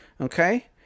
Okay